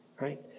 right